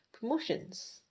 promotions